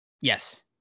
yes